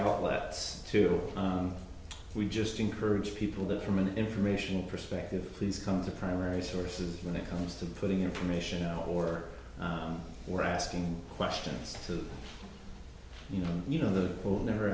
outlets too we just encourage people that from an information perspective please come to primary sources when it comes to putting information out or we're asking questions to you know you know the old never